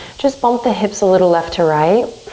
just bump the hips a little left to right.